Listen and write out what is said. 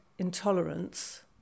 intolerance